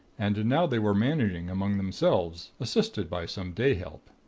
and now they were managing among themselves, assisted by some day-help.